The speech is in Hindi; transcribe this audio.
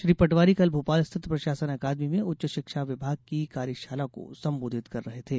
श्री पटवारी कल भोपाल स्थित प्रशासन अकादमी में उच्च शिक्षा विभाग की कार्यशाला को संबोधित कर रहे थे